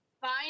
fine